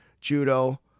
judo